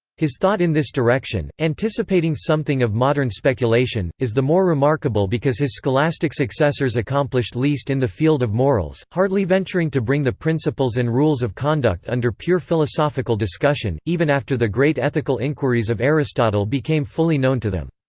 his thought in this direction, anticipating something of modern speculation, is the more remarkable because his scholastic successors accomplished least in the field of morals, hardly venturing to bring the principles and rules of conduct under pure philosophical discussion, even after the great ethical inquiries of aristotle became fully known to them.